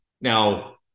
Now